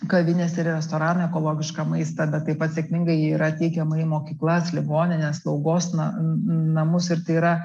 kavinės ir restoranai ekologišką maistą bet taip pat sėkmingai yra teikiama į mokyklas ligonines slaugos n namus ir tai yra